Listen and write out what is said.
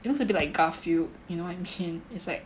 it looks a bit like Garfield you know I mean is like